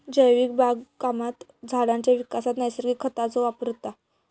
जैविक बागकामात झाडांच्या विकासात नैसर्गिक खतांचो वापर होता